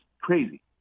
crazy